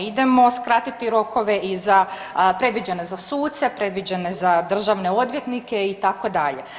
Idemo skratiti rokove i za predviđene za suce, predviđene za državne odvjetnike itd.